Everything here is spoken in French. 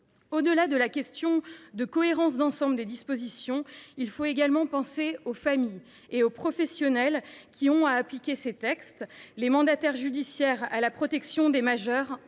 Au delà de la question de la cohérence d’ensemble des dispositions, il faut également penser aux familles et aux professionnels qui auront à appliquer ces textes, en particulier les mandataires judiciaires à la protection des majeurs.